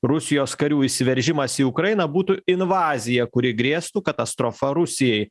rusijos karių įsiveržimas į ukrainą būtų invazija kuri grėstų katastrofa rusijai